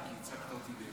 חמש דקות לרשותך,